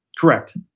Correct